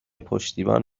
پشتیبان